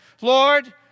Lord